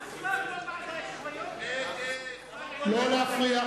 ההסתייגות השנייה לחלופין של קבוצת סיעת רע"ם-תע"ל לסעיף